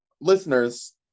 listeners